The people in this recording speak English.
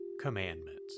commandments